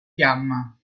fiamma